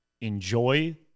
enjoy